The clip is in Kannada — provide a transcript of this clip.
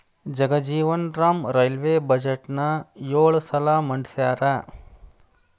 ಜಗಜೇವನ್ ರಾಮ್ ರೈಲ್ವೇ ಬಜೆಟ್ನ ಯೊಳ ಸಲ ಮಂಡಿಸ್ಯಾರ